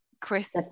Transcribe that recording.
Chris